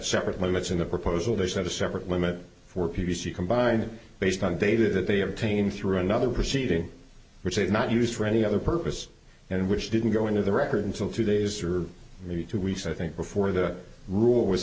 separate limits in the proposal there's not a separate limit for p v c combined based on data that they obtained through another proceeding which they did not use for any other purpose and which didn't go into the record until two days or maybe two weeks i think before the rule was